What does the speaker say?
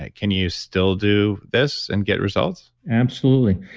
like can you still do this and get results? absolutely.